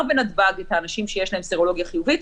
בנתב"ג את האנשים שיש להם סרולוגיה חיובית,